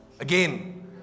Again